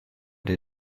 der